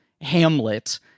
Hamlet